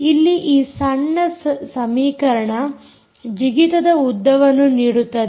ಇಲ್ಲಿ ಈ ಸಣ್ಣ ಸಮೀಕರಣ ಜಿಗಿತದ ಉದ್ದವನ್ನು ನೀಡುತ್ತದೆ